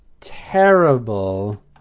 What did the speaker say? terrible